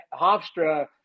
Hofstra